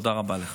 תודה רבה לך.